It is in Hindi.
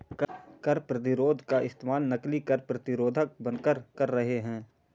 कर प्रतिरोध का इस्तेमाल नकली कर प्रतिरोधक बनकर कर रहे हैं